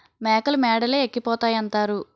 మేకలు మేడలే ఎక్కిపోతాయంతారు